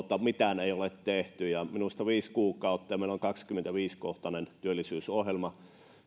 mitään ei ole tehty viisi kuukautta ja meillä on kaksikymmentäviisi kohtainen työllisyysohjelma